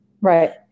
right